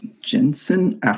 Jensen